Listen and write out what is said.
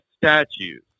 statues